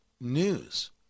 news